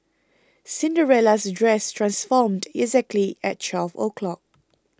Cinderella's dress transformed exactly at twelve o'clock